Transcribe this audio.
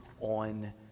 on